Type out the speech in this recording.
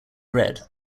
red